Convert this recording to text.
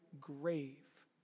grave